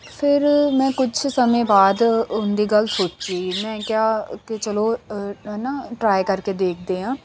ਫਿਰ ਮੈਂ ਕੁਛ ਸਮੇਂ ਬਾਅਦ ਉਹਦੀ ਗੱਲ ਸੋਚੀ ਮੈਂ ਕਿਹਾ ਕੇ ਚਲੋ ਹੈ ਨਾ ਟਰਾਈ ਕਰਕੇ ਦੇਖਦੇ ਹਾਂ